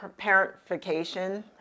parentification